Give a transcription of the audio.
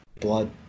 blood